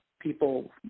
people